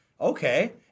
Okay